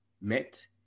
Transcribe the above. met